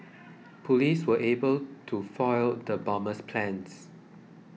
police were able to foil the bomber's plans